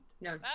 No